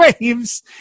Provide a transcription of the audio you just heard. Waves